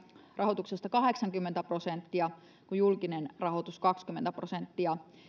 rahoituksesta kahdeksankymmentä prosenttia kun julkinen rahoitus on kaksikymmentä prosenttia